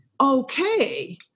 okay